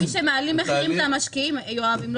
מי שמעלה את המחירים זה המשקיעים, יואב.